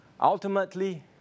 Ultimately